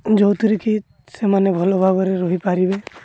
ଯେଉଁଥିରେ କି ସେମାନେ ଭଲ ଭାବରେ ରହିପାରିବେ